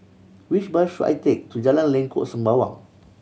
which bus should I take to Jalan Lengkok Sembawang